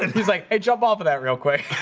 he's like hey jump off of that real quick,